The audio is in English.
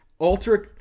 ultra